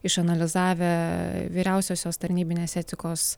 išanalizavę vyriausiosios tarnybinės etikos